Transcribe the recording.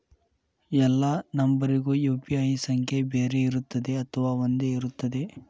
ಎಲ್ಲಾ ನಂಬರಿಗೂ ಯು.ಪಿ.ಐ ಸಂಖ್ಯೆ ಬೇರೆ ಇರುತ್ತದೆ ಅಥವಾ ಒಂದೇ ಇರುತ್ತದೆ?